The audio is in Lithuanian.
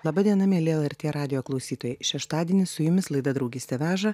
laba diena mieli lrt radijo klausytojai šeštadienis su jumis laida draugystė veža